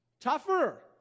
tougher